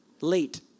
late